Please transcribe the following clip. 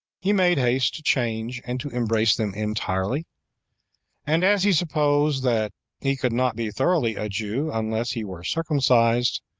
he made haste to change, and to embrace them entirely and as he supposed that he could not be thoroughly a jew unless he were circumcised,